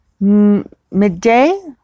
midday